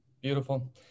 Beautiful